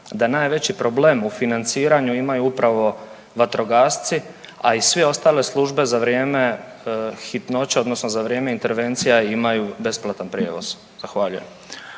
da najveći problem u financiranju imaju upravo vatrogasci, a i sve ostale službe za vrijeme hitnoće odnosno za vrijeme intervencija imaju besplatan prijevoz. Zahvaljujem.